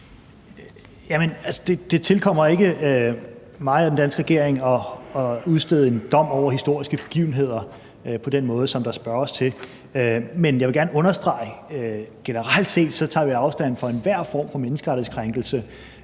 Det tilkommer ikke mig og den danske regering at udstede en dom over historiske begivenheder på den måde, som der spørges til. Men jeg vil gerne understrege, at vi generelt set tager afstand fra enhver form for menneskerettighedskrænkelse